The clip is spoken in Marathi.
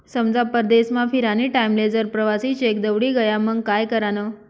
समजा परदेसमा फिरानी टाईमले जर प्रवासी चेक दवडी गया मंग काय करानं?